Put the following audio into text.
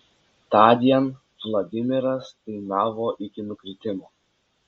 tądien vladimiras dainavo iki nukritimo